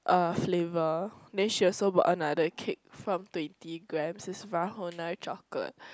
uh flavour then she also bought another cake from twenty grammes it's one whole nine chocolate